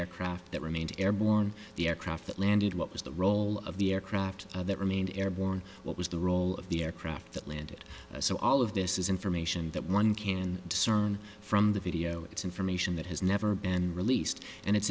aircraft that remained airborne the aircraft that landed what was the role of the aircraft that remain airborne what was the role of the aircraft that landed so all of this it is information that one can discern from the video it's information that has never been released and it's